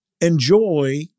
enjoy